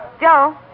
Joe